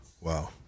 Wow